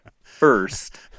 first